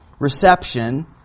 reception